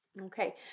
okay